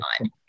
on